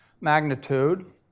magnitude